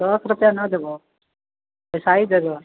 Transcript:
पाँच रुपैआ न देबऽ एसा ही दे देऽ